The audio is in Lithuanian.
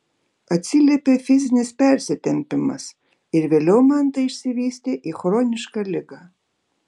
atsiliepė fizinis persitempimas ir vėliau man tai išsivystė į chronišką ligą